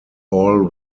all